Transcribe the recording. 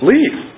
Leave